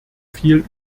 viel